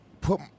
put